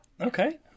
okay